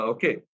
Okay